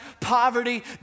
poverty